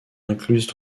incluses